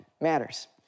matters